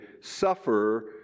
suffer